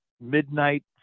midnight